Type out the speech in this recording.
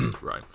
right